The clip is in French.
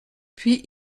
puis